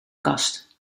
kast